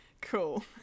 Cool